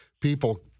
people